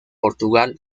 portugal